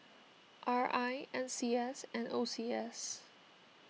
R I N C S and O C S